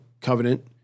covenant